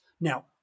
Now